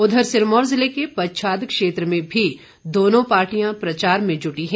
उधर सिरमौर जिले के पच्छाद क्षेत्र में भी दोनों पार्टियां प्रचार में जुटी हैं